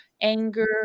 anger